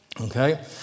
okay